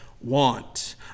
want